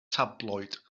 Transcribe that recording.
tabloid